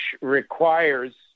requires